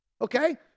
Okay